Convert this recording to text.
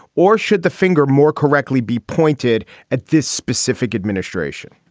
or should the finger more correctly be pointed at this specific administration?